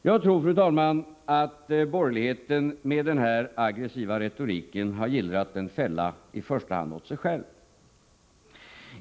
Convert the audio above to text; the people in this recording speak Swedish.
Jag tror, fru talman, att borgerligheten med den här aggressiva retoriken har gillrat en fälla i första hand åt sig själv.